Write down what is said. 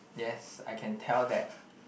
yes I can tell that